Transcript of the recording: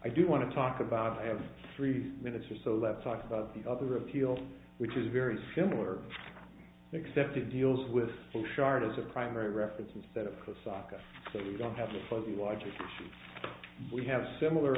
i do want to talk about i have three minutes or so let's talk about the other appeal which is very similar except it deals with shards of primary reference instead of the soka so you don't have a fuzzy logic we have similar